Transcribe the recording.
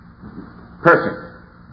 perfect